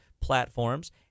platforms